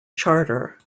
charter